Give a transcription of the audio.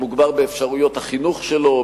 הוא מוגבל באפשרויות החינוך שלו,